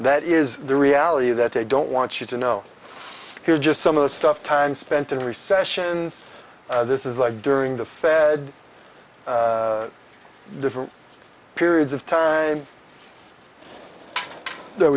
that is the reality that they don't want you to know here's just some of the stuff time spent in recession's this is like during the fed different periods of time that